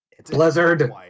Blizzard